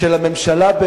שלממשלה,